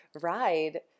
ride